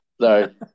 Sorry